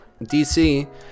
DC